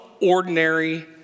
ordinary